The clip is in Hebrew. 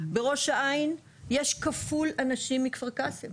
בראש העין יש כפול אנשים מכפר קאסם,